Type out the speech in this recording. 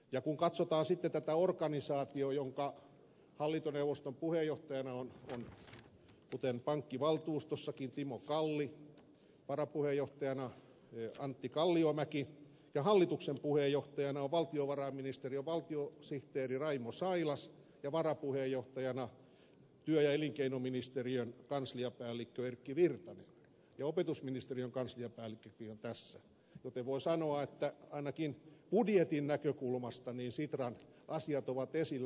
ja kun katsotaan sitten tätä organisaatiota jonka hallintoneuvoston puheenjohtajana on kuten pankkivaltuustossakin timo kalli varapuheenjohtajana antti kalliomäki ja hallituksen puheenjohtajana on valtiovarainministeriön valtiosihteeri raimo sailas ja varapuheenjohtajana työ ja elinkeinoministeriön kansliapäällikkö erkki virtanen ja opetusministeriön kansliapäällikkökin on tässä niin voi sanoa että ainakin budjetin näkökulmasta sitran asiat ovat esillä